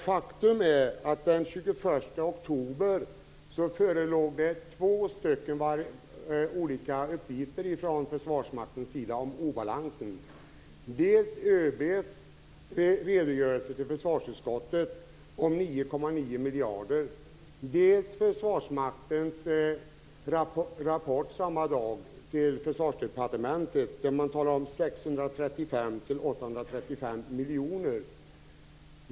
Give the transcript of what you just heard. Faktum är att det den 21 oktober förelåg två olika uppgifter från Försvarsmaktens sida om obalansen - miljarder, dels Försvarsmaktens rapport samma dag till Försvarsdepartementet där man talar om 635-835 miljoner.